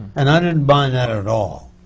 and i didn't mind that at all.